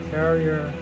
carrier